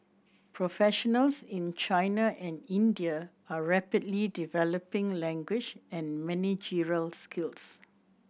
professionals in China and India are rapidly developing language and managerial skills